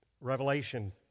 Revelation